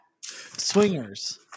swingers